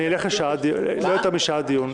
אני הולך ללא יותר משעה דיון.